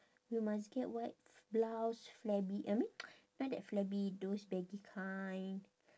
you must get white blouse flabby I mean know that flabby those baggy kind